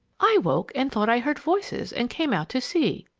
i woke and thought i heard voices and came out to see!